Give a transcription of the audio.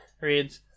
Reads